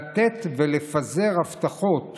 לתת ולפזר הבטחות